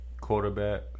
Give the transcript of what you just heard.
Quarterback